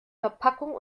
verpackung